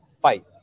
fight